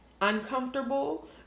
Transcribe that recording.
uncomfortable